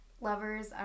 lovers